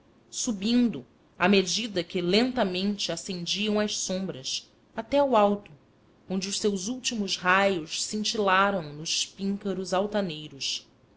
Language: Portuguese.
subindo à medida que lentamente ascendiam as sombras até ao alto onde os seus últimos raios cintilaram nos píncaros altaneiros